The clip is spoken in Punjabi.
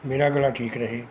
ਮੇਰਾ ਗਲਾ ਠੀਕ ਰਹੇ